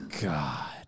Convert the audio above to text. God